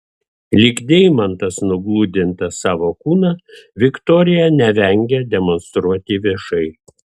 lyg deimantas nugludintą savo kūną viktorija nevengia demonstruoti viešai